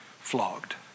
flogged